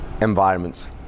environments